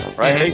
right